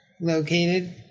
located